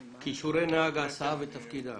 6. 6.כישורי נהג ההסעה ותפקידיו